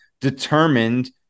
determined